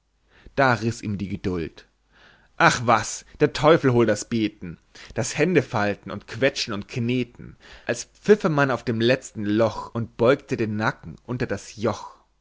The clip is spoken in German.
da riß ihm die geduld ach was der teufel hole das beten das händefalten und quetschen und kneten als pfiffe man auf dem letzten loch und beugte den nacken unter das joch